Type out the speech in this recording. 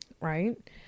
Right